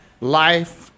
life